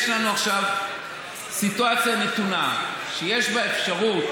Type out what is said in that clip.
יש לנו עכשיו סיטואציה נתונה שיש בה אפשרות